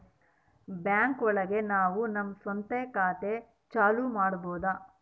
bank ಒಳಗ ನಾವು ನಮ್ ಸ್ವಂತ ಖಾತೆ ಚಾಲೂ ಮಾಡ್ಬೋದು